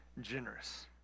generous